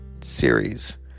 Series